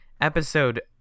episode